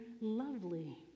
lovely